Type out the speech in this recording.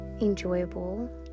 enjoyable